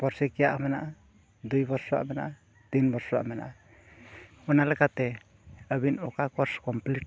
ᱵᱚᱨᱥᱚᱠᱤᱭᱟᱹᱼᱟᱜ ᱦᱚᱸ ᱢᱮᱱᱟᱜᱼᱟ ᱫᱩᱭ ᱵᱚᱨᱥᱚᱼᱟᱜ ᱢᱮᱱᱟᱜᱼᱟ ᱛᱤᱱ ᱵᱚᱨᱥᱚᱼᱟᱜ ᱢᱮᱱᱟᱜᱼᱟ ᱚᱱᱟ ᱞᱮᱠᱟᱛᱮ ᱟᱹᱵᱤᱱ ᱚᱠᱟ